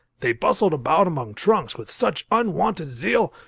they bustled about among trunks with such unwonted zeal,